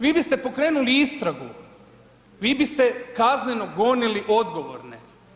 Vi biste pokrenuli istragu, vi biste kazneno gonili odgovorne.